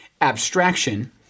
abstraction